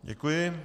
Děkuji.